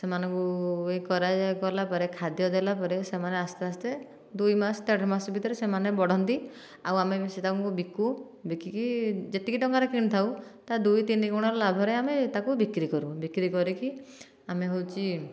ସେମାନଙ୍କୁ ଏ କରାଯାଇଗଲା ପରେ ଖାଦ୍ୟ ଦେଲା ପରେ ସେମାନେ ଆସ୍ତେ ଆସ୍ତେ ଦୁଇ ମାସ ଦେଢ଼ ମାସ ଭିତରେ ସେମାନେ ବଢ଼ନ୍ତି ଆଉ ଆମେ ବି ସେ ତାଙ୍କୁ ବିକୁ ବିକିକି ଯେତିକି ଟଙ୍କାର କିଣିଥାଉ ତାର ଦୁଇ ତିନି ଗୁଣାର ଲାଭରେ ଆମେ ତାକୁ ବିକ୍ରି କରୁ ବିକ୍ରି କରିକି ଆମେ ହେଉଛି